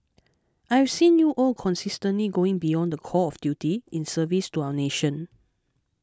I have seen you all consistently going beyond the call of duty in service to our nation